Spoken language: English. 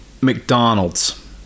McDonald's